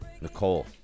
Nicole